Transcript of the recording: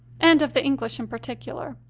and of the english in particular.